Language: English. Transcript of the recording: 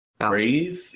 Breathe